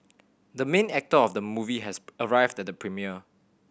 the main actor of the movie has arrived at the premiere